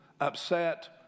upset